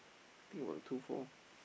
think what two four